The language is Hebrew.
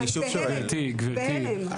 גברתי, גברתי.